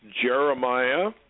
Jeremiah